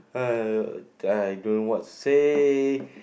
uh I don't know what say